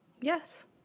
yes